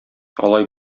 алай